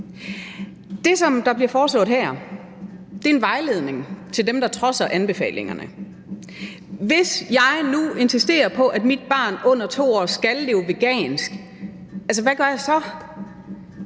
Det, som bliver foreslået her, er en vejledning til dem, der trodser anbefalingerne. Lad os sige, at jeg insisterer på, at mit barn under 2 år skal leve vegansk. Hvad gør jeg så,